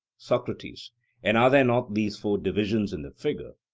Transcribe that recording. socrates and are there not these four divisions in the figure,